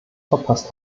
verpasst